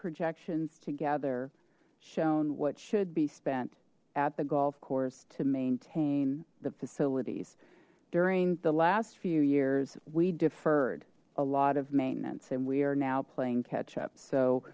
projections together shown what should be spent at the golf course to maintain the facilities during the last few years we defer a lot of maintenance and we are now playing catch up so